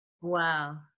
Wow